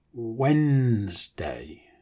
Wednesday